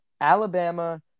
Alabama